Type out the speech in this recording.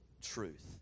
truth